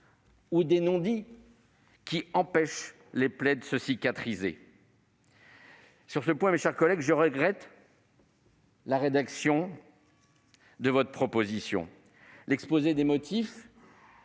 ou des non-dits qui empêchent les plaies de cicatriser. Sur ce point, mes chers collègues, je regrette la rédaction de votre proposition de résolution,